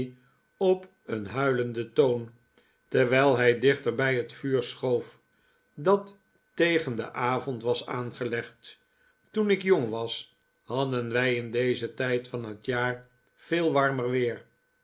op een huilenden toon terwijl hij dichter bij het vuur schoof dat tegen den avond was aangelegd toen ik jong was hadden wij in dezen tijd van het jaar veel warmer weer